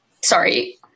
Sorry